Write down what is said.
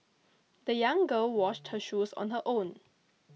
the young girl washed her shoes on her own